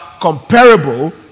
comparable